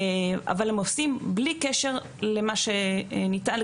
אבל הם עושים בלי קשר למה שניתן,